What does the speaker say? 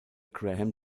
graham